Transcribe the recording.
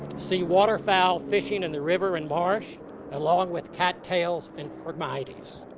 see water foul fishing in the river and marsh along with cattails and formities.